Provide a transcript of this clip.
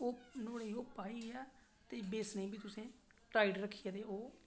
ओह् नुआढ़ै च पाइयै ते बैसने फ्ही तुसें टाइट रक्खियै ते ओह्